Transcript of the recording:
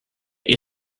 your